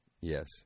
Yes